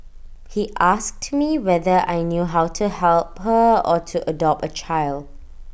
he asked me whether I knew how to help her or to adopt A child